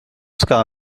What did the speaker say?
ska